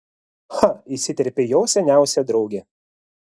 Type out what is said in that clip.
cha įsiterpė jos seniausia draugė